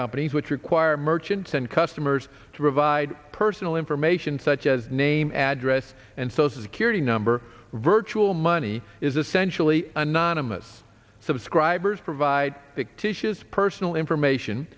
companies which require merchants and customers to provide personal information such as name address and social security number virtual money is essentially anonymous subscribers provide pictish is personal information